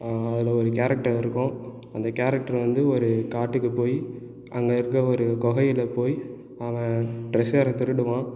அ அதில் ஒரு கேரெக்டர் இருக்கும் அந்த கேரெக்டரை வந்து ஒரு காட்டுக்கு போய் அங்கே இருக்க ஒரு குகையில போய் அவன் ட்ரெஸ்ஷர்ர திருடுவான்